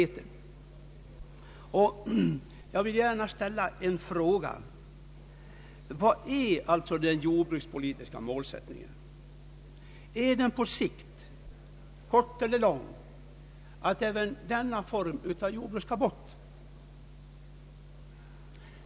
Jag vill gärna ställa en fråga: Vilken är den jordbrukspolitiska målsättningen? Är den på sikt — kort eller lång — att även denna form av jordbruk skall bort?